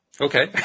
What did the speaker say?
Okay